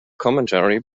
commentary